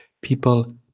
people